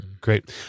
Great